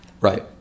right